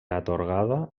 atorgada